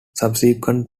subsequent